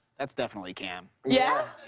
that's definitely cam. yeah?